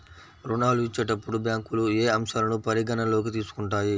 ఋణాలు ఇచ్చేటప్పుడు బ్యాంకులు ఏ అంశాలను పరిగణలోకి తీసుకుంటాయి?